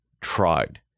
tried